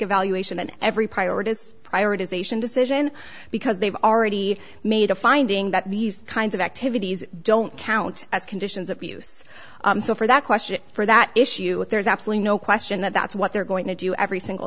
evaluation and every priority is prioritization decision because they've already made a finding that these kinds of activities don't count as conditions of use so for that question for that issue there's absolutely no question that that's what they're going to do every single